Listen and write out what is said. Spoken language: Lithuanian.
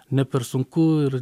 ne per sunku ir